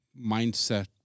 mindset